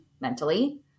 mentally